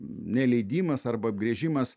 neleidimas arba apgręžimas